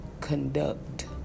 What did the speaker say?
conduct